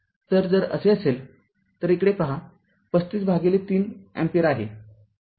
तरजर असे असेल तर इकडे पहा ३५ भागिले ३ अँपिअर आहे